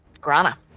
Grana